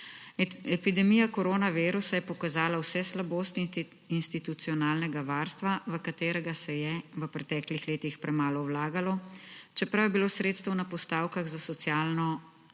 Epidemija koronavirusa je pokazala vse slabosti institucionalnega varstva, v katerega se je v preteklih letih premalo vlagalo, čeprav je bilo sredstev na postavkah za socialo